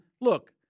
look